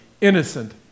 innocent